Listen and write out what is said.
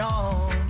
on